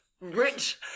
rich